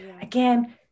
again